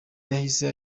yahise